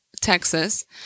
texas